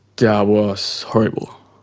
yeah was horrible.